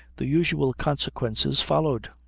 the usual consequences followed.